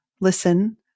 listen